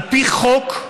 על פי חוק,